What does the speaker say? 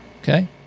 Okay